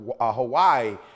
Hawaii